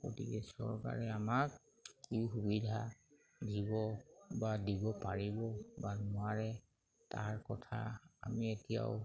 গতিকে চৰকাৰে আমাক কি সুবিধা দিব বা দিব পাৰিব বা নোৱাৰে তাৰ কথা আমি এতিয়াও